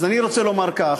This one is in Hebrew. אז אני רוצה לומר כך,